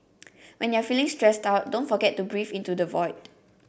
when you are feeling stressed out don't forget to breathe into the void